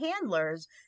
handlers